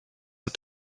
had